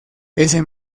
ese